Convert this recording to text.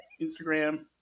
Instagram